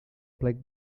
plec